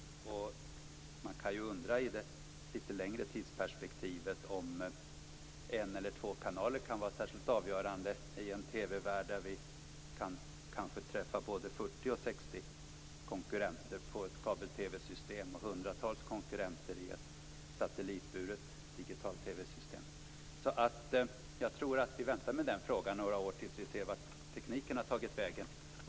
I ett litet längre tidsperspektiv kan man ju undra om en eller två kanaler kan vara särskilt avgörande i en TV-värld med både 40 och 60 konkurrenter på ett kabel-TV-system och hundratals konkurrenter i ett satellitburet digital TV-system. Jag tror därför att vi bör vänta med den frågan några år, tills vi ser vart tekniken har tagit vägen.